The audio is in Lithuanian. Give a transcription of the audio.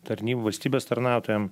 tarnybų valstybės tarnautojam